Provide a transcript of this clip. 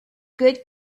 good